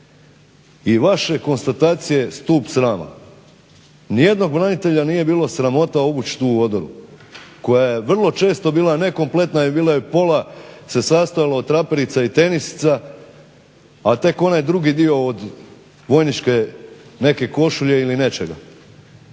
i vaše konstatacije stup srama, nijednog branitelja nije bilo sramota obući tu odoru koja je vrlo često bila nekompletna i pola se sastojala od traperica i tenisica, a tek onaj drugi dio od vojničke neke košulje ili nečega.